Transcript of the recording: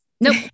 Nope